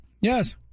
yes